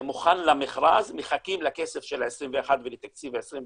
מוכן למכרז, מחכים לכסף ולתקציב של 2021,